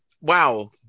wow